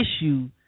issue